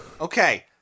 okay